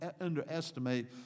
underestimate